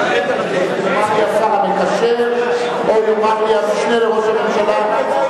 אמר לי השר המקשר, עוד מעט המשנה לראש הממשלה,